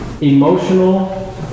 Emotional